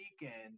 weekend